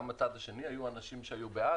גם בצד השני היו אנשים שהיו בעד.